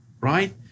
right